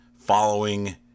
following